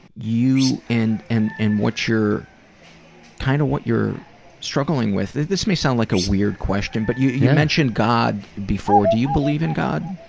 you and and and what you're kind of, what you're struggling with. this might sound like a weird question but you you mentioned god before, do you believe in god?